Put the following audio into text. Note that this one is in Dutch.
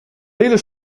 hele